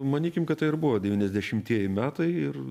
manykim kad tai ir buvo devyniasdešimtieji metai ir